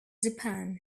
japan